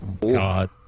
God